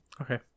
Okay